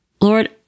Lord